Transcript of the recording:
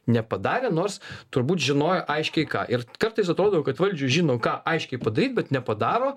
nepadarė nors turbūt žinojo aiškiai ką ir kartais atrodo kad valdžios žino ką aiškiai padaryt bet nepadaro